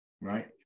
right